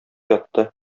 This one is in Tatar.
ятты